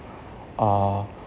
uh